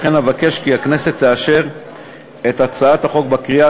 לכן אבקש כי הכנסת תאשר את הצעת החוק בקריאה